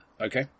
Okay